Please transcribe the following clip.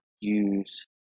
use